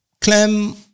Clem